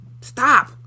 stop